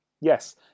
Yes